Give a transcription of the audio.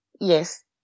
Yes